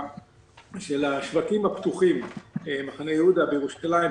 השווקים הפתוחים: מחנה יהודה בירושלים,